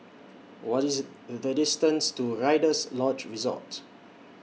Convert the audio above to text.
What IS The distance to Rider's Lodge Resort